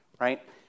right